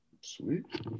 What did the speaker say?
Sweet